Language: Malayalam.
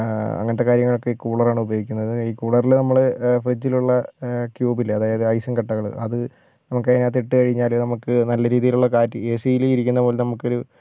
അങ്ങനത്തെ കാര്യങ്ങൾക്ക് ഈ കൂളർ ആണ് ഉപയോഗിക്കുന്നത് ഈ കൂളറിൽ നമ്മൾ ഫ്രിഡ്ജിലുള്ള ക്യൂബ് ഇല്ലേ അതായത് ഐസിൻ കട്ടകൾ അത് നമുക്ക് അതിനകത്തിട്ട് കഴിഞ്ഞാൽ നമുക്ക് നല്ല രീതിയിലുള്ള കാറ്റ് എ സിയിൽ ഇരിക്കുന്നത് പോലെ നമുക്കൊരു